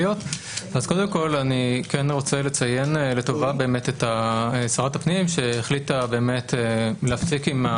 קודם כל אני כן רוצה לציין לטובה את שרת הפנים שהחליטה להפסיק עם,